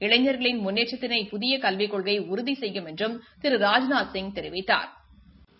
இளைஞர்களின் முன்னேற்றத்தினை புதிய கல்விக் கொள்கை உறுதி செய்யும் என்றும் திரு ராஜ்நாத்சிங் தெரிவித்தாா்